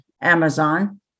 amazon